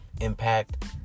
impact